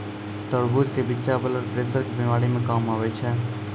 तरबूज के बिच्चा ब्लड प्रेशर के बीमारी मे काम आवै छै